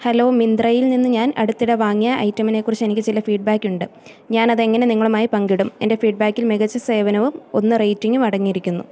hello മിന്ത്രയില് നിന്ന് ഞാൻ അടുത്തിടെ വാങ്ങിയ ഐറ്റമിനെക്കുറിച്ച് എനിക്ക് ചില ഫീഡ്ബാക്ക് ഉണ്ട് ഞാൻ അതെങ്ങനെ നിങ്ങളുമായി പങ്കിടും എന്റെ ഫീഡ്ബാക്കിൽ മികച്ച സേവനവും ഒന്ന് റേറ്റിംഗും അടങ്ങിയിരിക്കുന്നു